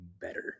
better